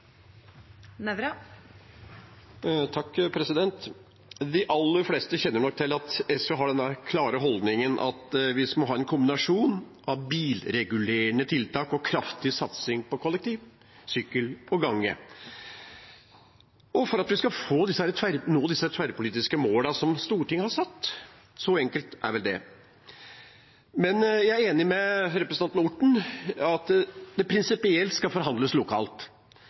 De aller fleste kjenner nok til at SV har den klare holdningen at vi må ha en kombinasjon av bilregulerende tiltak og kraftig satsing på kollektiv, sykkel og gange for at vi skal nå de tverrpolitiske målene Stortinget har satt – så enkelt er vel det. Men jeg er enig med representanten Orten i at det prinsipielt skal forhandles lokalt.